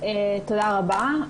תודה רבה.